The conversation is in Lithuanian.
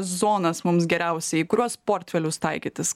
zonas mums geriausia į kuriuos portfelius taikytis